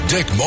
Dick